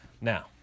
Now